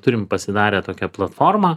turim pasidarę tokią platformą